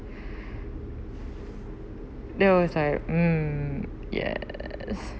that was like um yes